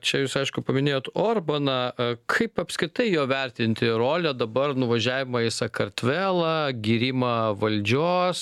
čia jūs aišku paminėjote orbaną kaip apskritai jo vertinti rolę dabar nuvažiavimą į sakartvelą gyrimą valdžios